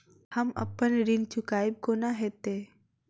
हम अप्पन ऋण चुकाइब कोना हैतय?